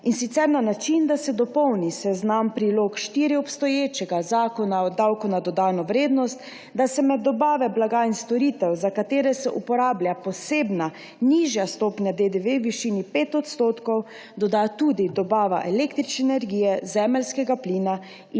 in sicer na način, da se dopolni seznam Priloge IV obstoječega Zakona o davku na dodano vrednost, da se med dobave blaga in storitev, za katere se uporablja posebna, nižja stopnja DDV v višini 5 %, doda tudi dobava električne energije, zemeljskega plina in